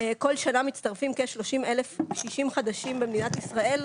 כל שנה מצטרפים כ-30,000 קשישים חדשים במדינת ישראל,